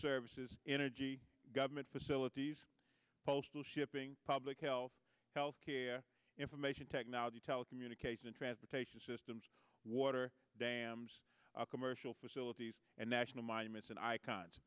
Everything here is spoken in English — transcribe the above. services energy government facilities postal shipping public health health care information technology telecommunications transportation systems water dams commercial facilities and national monuments and i